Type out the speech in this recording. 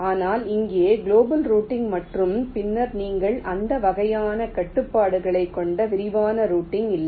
ஆனால் இங்கே global routing மற்றும் பின்னர் நீங்கள் அந்த வகையான கட்டுப்பாடுகளைக் கொண்ட விரிவான ரூட்டிங் இல்லை